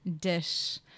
dish